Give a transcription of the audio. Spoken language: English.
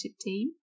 team